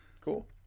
Cool